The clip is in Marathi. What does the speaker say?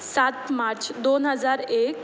सात मार्च दोन हजार एक